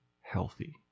healthy